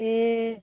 ए